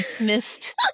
missed